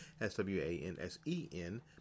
S-W-A-N-S-E-N